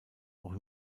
auch